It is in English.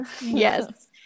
Yes